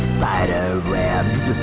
Spiderwebs